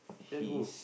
then who